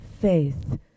faith